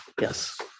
yes